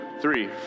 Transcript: three